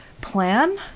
plan